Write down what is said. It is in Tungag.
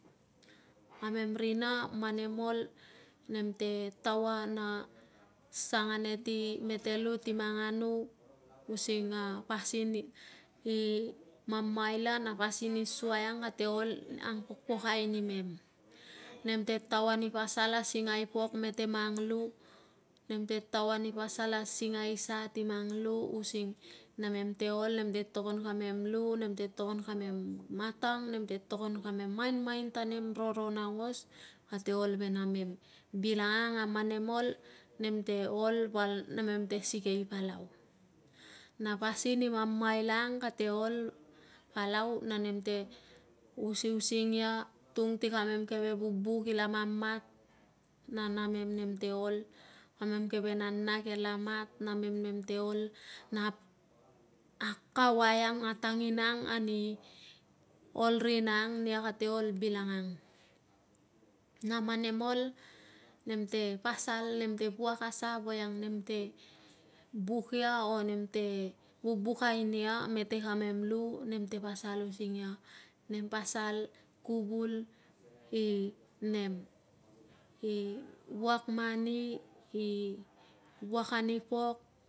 Kamem rina man nem ol, nem te taoa na sang ane ti mete lu ti mang anu using a pasin i mamaila na pasin i suai ang kate ol angpokpokai nimem. Nem te taoa ni pasal a singai pok mete mang lu, nemte taoa ni pasal a singai sa ti mang lu using namem te ol, namem te togon kamem lu, namem te togon kamem matang, nem te togon kamem mamain ta nem roron aungos kate ol ve namem bilangang a man nem ol, nem te ol val namem te sikei palau. Na pasin mamaila ang, kate ol palau na nem te usiusing ia tung ti kamem keve vubu kila mamat na namem nem te ol, kamem keve nana kianla mat, na namem nemte ol nap akauai ang atanginang ani ol rina ang, nia kate ol bilangang na man nem ol, nem te pasal, nem te wuak a sa voiang nemte buk ia, o nem te vubukai nia mete kamem lu. Nemte pasal using ia, nem pasal kuvul i nem, i wuak mani, i wuak ani pok